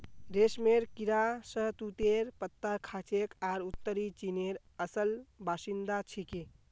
रेशमेर कीड़ा शहतूतेर पत्ता खाछेक आर उत्तरी चीनेर असल बाशिंदा छिके